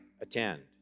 attend